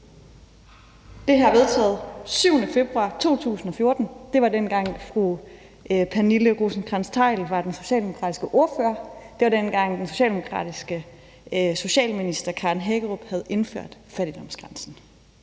Det her er vedtaget 7. februar 2014, og det var, dengang fru Pernille Rosenkrantz-Theil var den socialdemokratiske ordfører. Det var, dengang den socialdemokratiske socialminister Karen Hækkerup havde indført fattigdomsgrænsen.